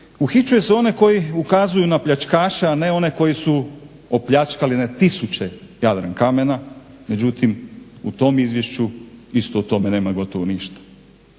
Uhićuje se one koji ukazuju na pljačkaše, a ne one koji su opljačkali na tisuće Jadrankamena. Međutim, u tom Izvješću isto o tome nema gotovo ništa.